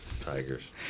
Tigers